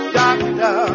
doctor